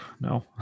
no